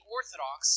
Orthodox